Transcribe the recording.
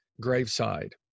graveside